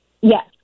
Yes